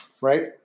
Right